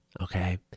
okay